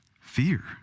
Fear